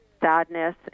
sadness